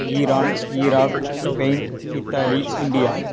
Iran Iraq Spain Italy India